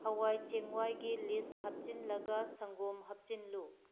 ꯍꯥꯋꯥꯏ ꯆꯦꯡꯋꯥꯏꯒꯤ ꯂꯤꯁ ꯍꯥꯞꯆꯤꯜꯂꯒ ꯁꯪꯒꯣꯝ ꯍꯥꯞꯆꯤꯜꯂꯨ